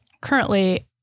currently